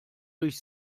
durch